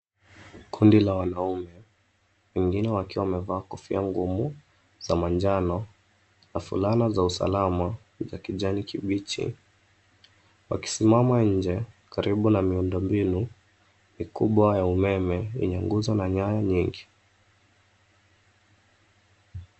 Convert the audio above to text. Kundi la wanaume, wengine wakiwa wamevaa kofia ngumu za manjano, na fulana za usalama za kijani kibichi, wakisimama inje karibu na miundo mbinu, mikubwa ya umeme, yenye nguzo na nyaya nyingi